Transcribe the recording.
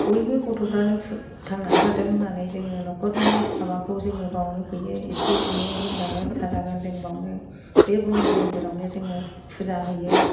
बयबो गथ'फ्रानो थांनानै थाथों होन्नानै जोङो नखरनि माबाखौ जोङो बावनो हैयो एसे एनै लोमजागोन साजागोन जों बावनो बे ब्रह्म मन्दिरावनो जोङो फुजा हैयो